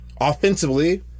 offensively